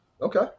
Okay